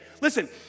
Listen